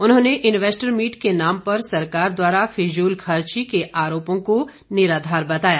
उन्होंने investor meet के नाम पर सरकार द्वारा फिजूलखर्ची करने के आरोपों को निराधार बताया